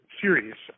series